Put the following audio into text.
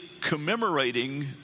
commemorating